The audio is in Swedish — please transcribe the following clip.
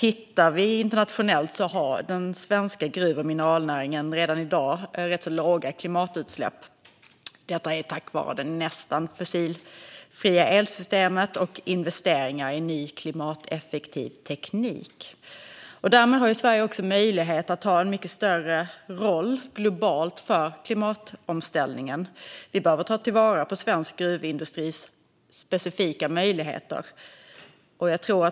I en internationell jämförelse har den svenska gruv och mineralnäringen redan i dag rätt så låga klimatutsläpp. Detta är tack vare det nästan fossilfria elsystemet och investeringar i ny, klimateffektiv teknik. Därmed har Sverige också möjlighet att ta en mycket större roll globalt för klimatomställningen. Vi behöver ta till vara svensk gruvindustris specifika möjligheter.